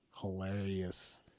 hilarious